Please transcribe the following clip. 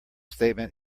statement